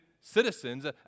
citizens